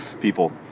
people